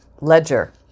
ledger